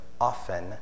often